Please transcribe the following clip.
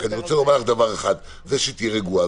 אני רוצה לומר רק דבר אחד שתהיה רגועה.